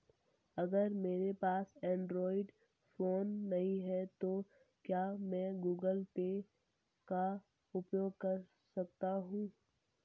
अगर मेरे पास एंड्रॉइड फोन नहीं है तो क्या मैं गूगल पे का उपयोग कर सकता हूं?